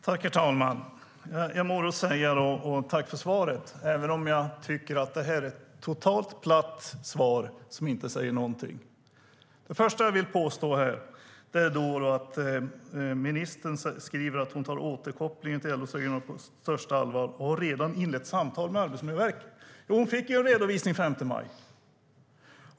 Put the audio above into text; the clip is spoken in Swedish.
Herr talman! Jag får väl säga tack för svaret, även om jag tycker att det är ett totalt platt svar som inte säger någonting. Ministern säger att hon tar återkopplingen från LO:s regionala skyddsombud på största allvar och har redan inlett samtal med Arbetsmiljöverket. Hon fick ju en redovisning den 5 maj.